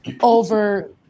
over